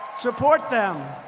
support them.